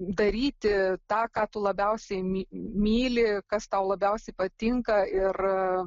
daryti tą ką tu labiausiai my myli kas tau labiausiai patinka ir